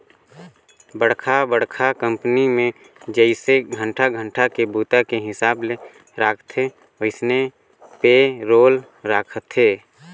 बड़खा बड़खा कंपनी मे जइसे घंटा घंटा के बूता के हिसाब ले राखथे वइसने पे रोल राखथे